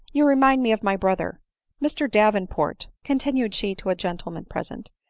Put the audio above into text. you remind me of my brother mr daven? port, continued she to a gentleman present,